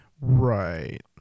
Right